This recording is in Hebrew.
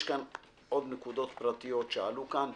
יש עוד נקודות פרטיות שעלו כאן: